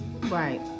Right